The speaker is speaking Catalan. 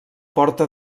porta